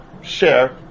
share